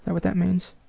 that what that means?